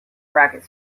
racket